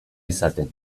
izaten